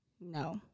No